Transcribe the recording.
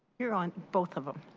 yeah are on both of them.